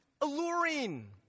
alluring